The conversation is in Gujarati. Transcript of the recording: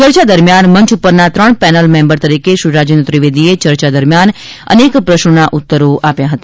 ચર્ચા દરમિયાન મંચ ઉપરના ત્રણ પેનલ મેમ્બર તરીકે શ્રી રાજેન્દ્ર ત્રિવેદીએ ચર્ચા દરમિયાન અનેક પ્રશ્નોના ઉત્તરો આપ્યા હતા